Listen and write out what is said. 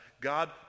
God